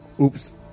Oops